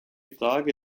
frage